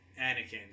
Anakin